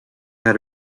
had